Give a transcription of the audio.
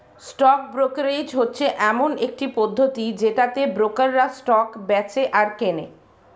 stock brokerage হচ্ছে এমন একটা পদ্ধতি যেটাতে ব্রোকাররা স্টক বেঁচে আর কেনে